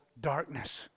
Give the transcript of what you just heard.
darkness